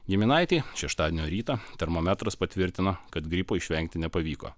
giminaitį šeštadienio rytą termometras patvirtino kad gripo išvengti nepavyko